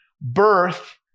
birth